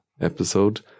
episode